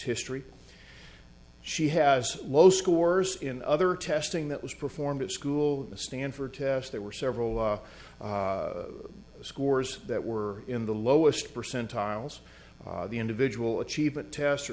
history she has low scores in other testing that was performed at school the stanford test there were several scores that were in the lowest percentiles the individual achievement test